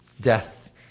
death